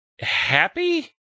happy